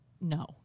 no